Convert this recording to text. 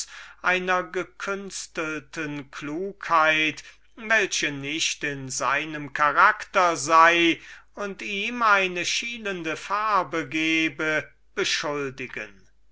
einer gekünstelten klugheit welche nicht in seinem charakter sei und ihm eine schielende farbe gebe beschuldigen